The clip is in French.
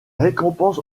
récompense